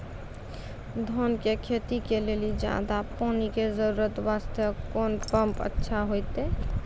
धान के खेती के लेली ज्यादा पानी के जरूरत वास्ते कोंन पम्प अच्छा होइते?